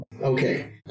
Okay